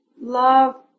love